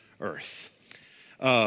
earth